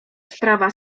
sprawa